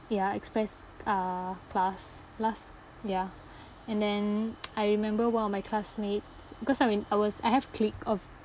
ya express uh class last ya and then I remember one of my classmates because I'm in I was I have clique of